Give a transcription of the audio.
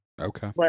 Okay